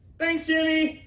thanks, jimmy!